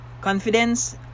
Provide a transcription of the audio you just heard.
Confidence